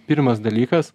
pirmas dalykas